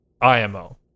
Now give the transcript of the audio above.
IMO